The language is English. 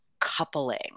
coupling